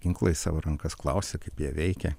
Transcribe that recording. ginklą į savo rankas klausė kaip jie veikia